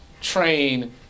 Train